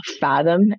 fathom